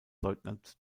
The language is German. leutnant